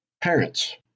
parents